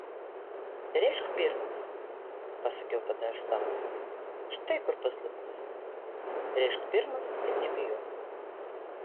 rėžk pirmas pasakiau tada aš sau štai kur paslaptis rėžk pirmas ir nebijok